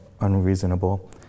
unreasonable